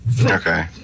Okay